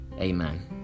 amen